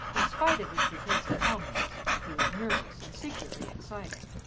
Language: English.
in spite of his pretence at calmness, he was nervous and secretly excited.